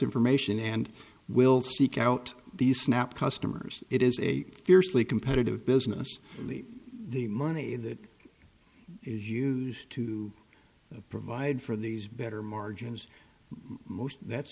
information and will seek out these snap customers it is a fiercely competitive business the money that is used to provide for these better margins most that's